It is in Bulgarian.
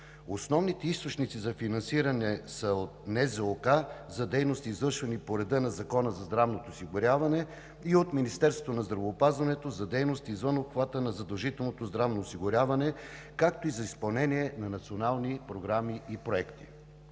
Основните източници за финансиране са от НЗОК – за дейности, извършвани по реда на Закона за здравното осигуряване, и от Министерството на здравеопазването – за дейности извън обхвата на задължителното здравно осигуряване, както и за изпълнение на национални програми и проекти.